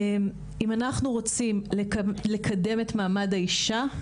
אנחנו רוצים לקדם את מעמד האישה,